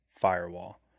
firewall